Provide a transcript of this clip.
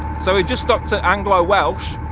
so we just stopped at anglo-welsh.